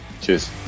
Cheers